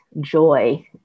joy